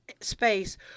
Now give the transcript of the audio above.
space